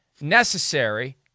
necessary